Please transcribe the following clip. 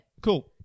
Cool